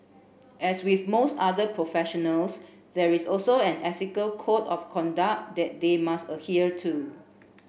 as with most other professionals there is also an ethical code of conduct that they must adhere to